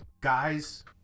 guys